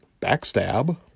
backstab